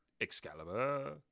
Excalibur